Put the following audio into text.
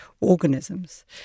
organisms